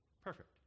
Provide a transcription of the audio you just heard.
perfect